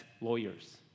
lawyers